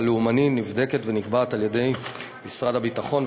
לאומני נבדקת ונקבעת על-ידי משרד הביטחון,